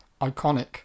iconic